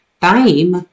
time